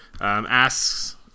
asks –